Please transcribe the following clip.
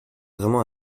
vraiment